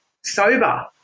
sober